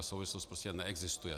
Souvislost prostě neexistuje.